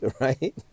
right